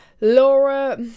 Laura